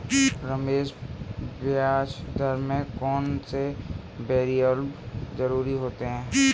रमेश ब्याज दर में कौन कौन से वेरिएबल जरूरी होते हैं?